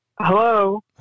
Hello